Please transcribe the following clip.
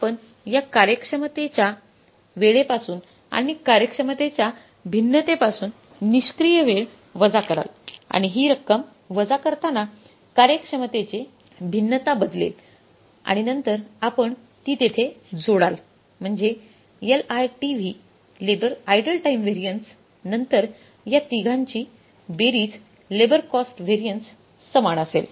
आपण या कार्यक्षमतेच्या वेळेपासून आणि कार्यक्षमतेच्या भिन्नतेपासून निष्क्रिय वेळ वजा कराल आणि ही रक्कम वजा करताना कार्यक्षमतेचे भिन्नता बदलेल आणि नंतर आपण ती येथे जोडाल म्हणजे LITV labour idle time variance नंतर या तिघांची बेरीज लेबर कॉस्ट व्हॅरियन्स समान असेल